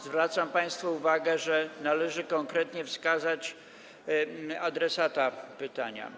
Zwracam państwu uwagę, że należy konkretnie wskazać adresata pytania.